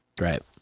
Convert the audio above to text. Right